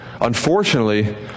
unfortunately